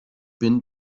bin